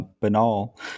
banal